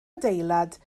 adeilad